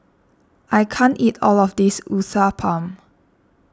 I can't eat all of this Uthapam